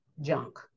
junk